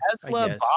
Tesla